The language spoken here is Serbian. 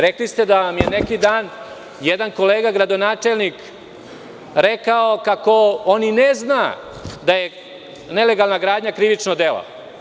Rekli ste da vam je neki dan jedan kolega gradonačelnik rekao kako on i ne zna da je nelegalna gradnja krivično delo.